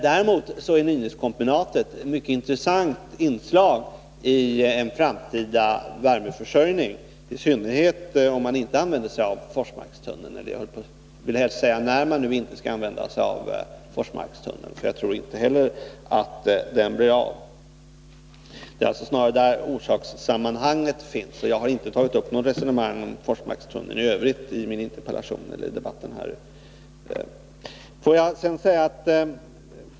Däremot är Nynäskombinatet ett mycket intressant inslag i en framtida värmeförsörjning, i synnerhet om man inte använder sig av Forsmarkstunneln eller — vill jag helst säga — när man nu inte skall använda sig av Forsmarkstunneln, för jag tror inte heller att den blir av. Det är alltså snarare där orsakssammanhanget finns. Jag har inte tagit upp något resonemang om Forsmarkstunneln i Övrigt i min interpellation eller i debatten här i dag.